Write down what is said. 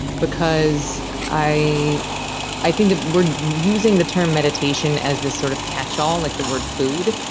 because i i think that we're using the term meditation as this sort of catch-all, like the word food,